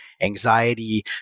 anxiety